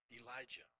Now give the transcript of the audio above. Elijah